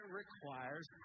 requires